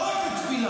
לא רק לתפילה.